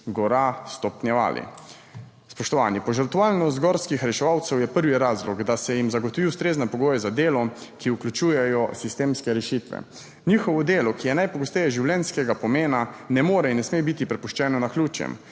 gora stopnjevali. Spoštovani! Požrtvovalnost gorskih reševalcev je prvi razlog, da se jim zagotovi ustrezne pogoje za delo, ki vključujejo sistemske rešitve. Njihovo delo, ki je najpogosteje življenjskega pomena, ne more in ne sme biti prepuščeno naključjem,